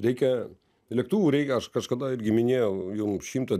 reikia lėktuvų reikia aš kažkada irgi minėjau jum šimtą